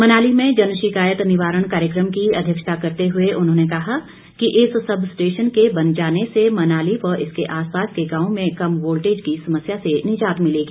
मनाली में जनशिकायत निवारण कार्यक्रम की अध्यक्षता करते हुए उन्होंने कहा कि इस सब स्टेशन के बन जाने से मनाली व इसके आसपास के गांव में कम वोल्टेज की समस्या से निजात मिलेगी